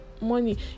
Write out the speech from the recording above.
Money